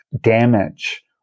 damage